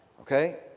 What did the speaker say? Okay